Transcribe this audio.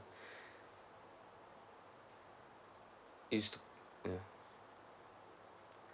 it's mm